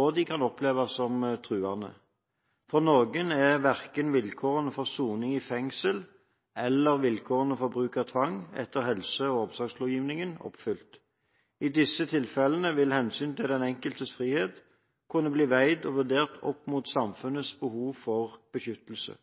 og de kan oppleves som truende. For noen er verken vilkårene for soning i fengsel eller vilkårene for bruk av tvang etter helse- og omsorgslovgivningen oppfylt. I disse tilfellene vil hensynet til den enkeltes frihet kunne bli veid og vurdert opp mot samfunnets behov for beskyttelse.